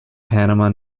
panama